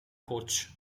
coach